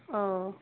औ